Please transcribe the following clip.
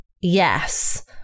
Yes